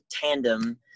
tandem